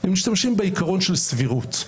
הם משתמשים בעיקרון של סבירות,